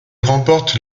remporte